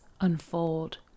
unfold